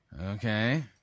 Okay